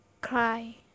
Cry